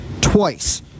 Twice